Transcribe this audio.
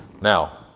Now